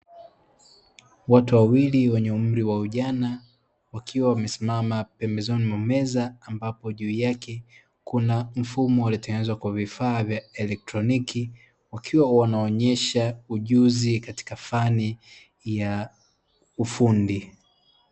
Watu wawili wenye umri wa ujana, wakiwa wamesimama pembezoni mwa meza, ambapo juu yake kuna mfumo uliotengenezwa kwa vifaa vya elektroniki, wakiwa wanaonyesha ujuzi katika fani ya ufundi.